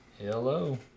Hello